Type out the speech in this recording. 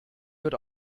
wird